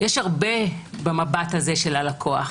יש הרבה במבט הזה של הלקוח